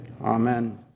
Amen